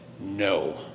No